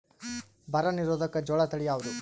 ಬರ ನಿರೋಧಕ ಜೋಳ ತಳಿ ಯಾವುದು?